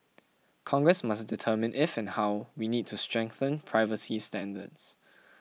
Congress must determine if and how we need to strengthen privacy standards